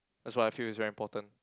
that's why I feel is very important